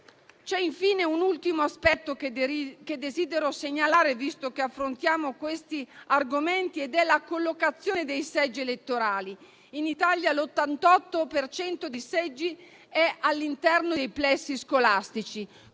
c'è un ultimo aspetto che desidero segnalare, visto che affrontiamo questi argomenti, e riguarda la collocazione dei seggi elettorali. In Italia l'88 per cento dei seggi è all'interno dei plessi scolastici